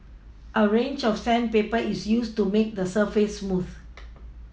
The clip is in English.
a range of sandpaper is used to make the surface smooth